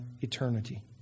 eternity